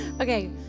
Okay